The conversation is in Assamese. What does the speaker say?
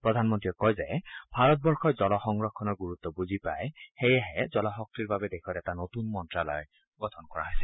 প্ৰধানমন্ত্ৰীয়ে কয় যে ভাৰতবৰ্ষই জল সংৰক্ষণৰ গুৰুত্ব বুজি পায় সেয়েহে জলশক্তিৰ বাবে দেশত এটা নতুন মন্ত্যালয় গঠন কৰা হৈছে